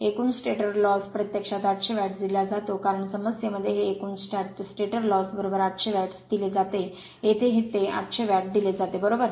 एकूण स्टेटर तोटा प्रत्यक्षात 800 वॅटस दिला जातो कारण समस्येमध्ये हे एकूण स्टॅटर लॉस 800 वॅट्स दिले जाते येथे ते 800 वॅट दिले जाते बरोबर